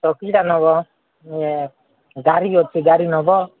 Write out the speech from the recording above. ଆଉ କେଉଁଟା ନେବ ଇଏ ଦାରି ଅଛି ଦାରି ନେବ